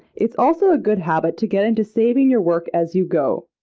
it's also a good habit to get into saving your work as you go,